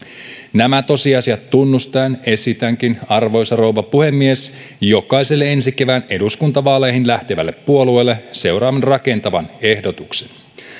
nämä tosiasiat tunnustaen esitänkin arvoisa rouva puhemies jokaiselle ensi kevään eduskuntavaaleihin lähtevälle puolueelle seuraavan rakentavan ehdotuksen